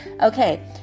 Okay